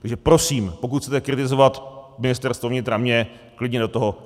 Takže prosím, pokud chcete kritizovat Ministerstvo vnitra, mě, klidně do toho.